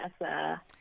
Asa